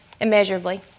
immeasurably